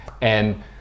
And-